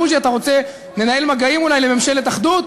בוז'י, אולי אתה רוצה לנהל מגעים לממשלת אחדות?